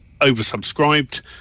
oversubscribed